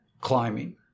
climbing